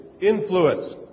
influence